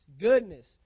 goodness